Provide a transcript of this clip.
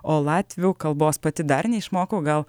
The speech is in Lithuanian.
o latvių kalbos pati dar neišmoko gal